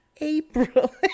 April